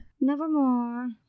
Nevermore